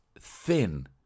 thin